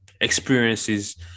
experiences